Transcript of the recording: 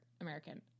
American